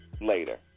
Later